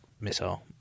missile